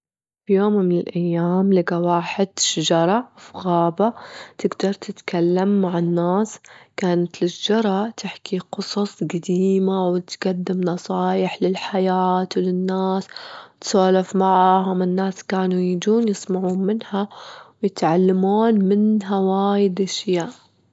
في يوم من الأيام لجى واحد شجرة في غابة تجدر تتكلم مع الناس، كانت الشجرة تحكي قصص جديمة، وتجدم نصايح للحياة للناس وتسولف معهم، الناس كانوا يجون يسمعون منها ويتعلمون منها وايد أشياء.